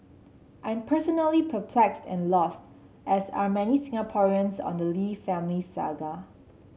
I'm personally perplexed and lost as are many Singaporeans on the Lee family saga